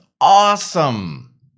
awesome